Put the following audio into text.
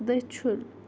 دٔچھُن